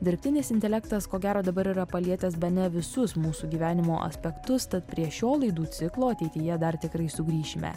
dirbtinis intelektas ko gero dabar yra palietęs bene visus mūsų gyvenimo aspektus tad prie šio laidų ciklo ateityje dar tikrai sugrįšime